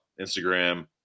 Instagram